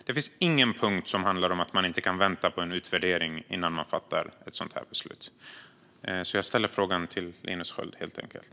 Det finns ingen punkt som handlar om att man inte kan vänta på en utvärdering innan man fattar ett beslut. Denna fråga ställer jag helt enkelt till Linus Sköld.